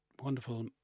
wonderful